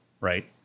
right